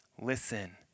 Listen